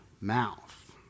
mouth